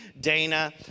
Dana